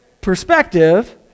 perspective